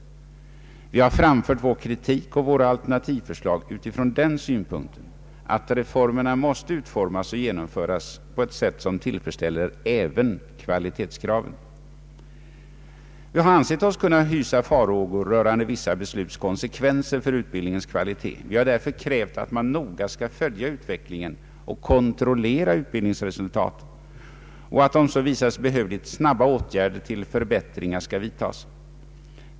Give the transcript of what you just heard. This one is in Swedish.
Vi har framfört vår kritik och våra alternativförslag utifrån den synpunkten att reformerna måste utformas och genomföras på ett sätt som tillfredsställer även kvalitetsförslagen. Vi har ansett oss kunna hysa farhågor rörande vissa besluts konsekvenser för utbildningens kvalitet. Vi har därför krävt att man noga skall följa utvecklingen och kontrollera utbildningsresultatet och, om så visar sig nödvändigt, att snabba åtgärder till förbättringar skall vidtagas.